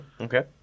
okay